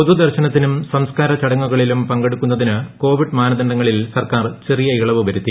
പൊതുദർശനത്തിനും സംസ്കാര ചടങ്ങുകളിലും പങ്കെടുക്കുന്നതിന് കോവിഡ് മാനദണ്ഡ ങ്ങളിൽ സർക്കാർ ചെറിയ ഇളവ് വരുത്തി